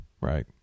right